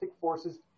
forces